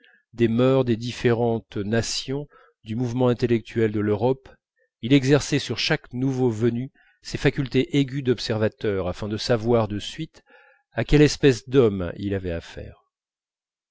des mœurs des différentes nations du mouvement intellectuel de l'europe il exerçait sur chaque nouveau venu ses facultés aiguës d'observateur afin de savoir de suite à quelle espèce d'homme il avait